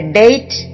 date